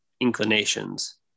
inclinations